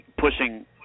pushing